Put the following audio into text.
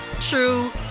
true